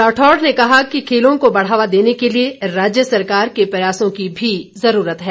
राठौड़ ने कहा कि खेलों को बढ़ावा देने के लिए राज्य सरकार के प्रयासों की भी जरूरत है